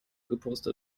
gepostet